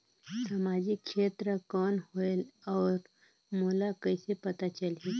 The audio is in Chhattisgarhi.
समाजिक क्षेत्र कौन होएल? और मोला कइसे पता चलही?